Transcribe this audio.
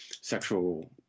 sexual